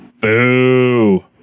Boo